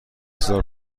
هزار